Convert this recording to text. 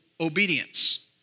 obedience